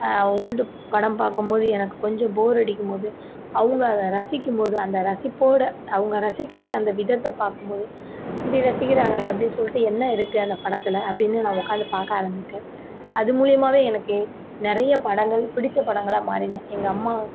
old படம் பார்க்கும்போது எனக்கு கொஞ்சம் போர் அடிக்கும்போது அவங்க அதை ரசிக்கும்போது அந்த ரசிப்போடு அவங்க ரசிக்கிற அந்த விதத்தை பார்க்கும்போது இப்படி ரசிக்கிறாங்களே அப்படின்னு சொல்லிட்டு என்ன இருக்கு அந்த படத்தில் அப்படின்னு நான் உக்காந்து பார்க்க ஆரம்மிப்பேன் அது மூலியமாகவே எனக்கு நிறைய படங்கள் பிடித்த படங்களாக மாறின எங்கள் அம்மா